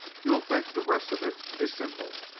you'll think the rest of it is simple.